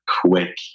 quick